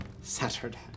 Saturday